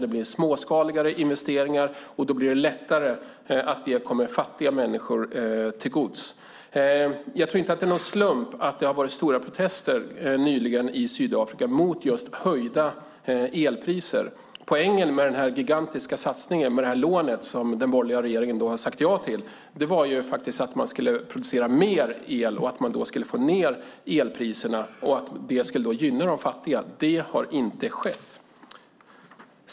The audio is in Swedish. Det blir småskaligare investeringar. Då kommer det lättare fattiga människor till godo. Jag tror inte att det är någon slump att det har varit stora protester nyligen i Sydafrika mot just höjda elpriser. Poängen med denna gigantiska satsning med detta lån som den borgerliga regeringen har sagt ja till var faktiskt att man skulle producera mer el och att man då skulle få ned elpriserna, vilket skulle gynna de fattiga. Det har inte skett.